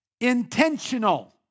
Intentional